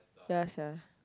ya sia